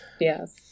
yes